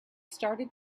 started